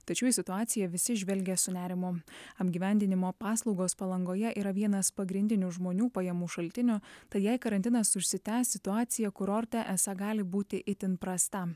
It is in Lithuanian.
tačiau į situaciją visi žvelgia su nerimu apgyvendinimo paslaugos palangoje yra vienas pagrindinių žmonių pajamų šaltinių tai jei karantinas užsitęs situacija kurorte esą gali būti itin prasta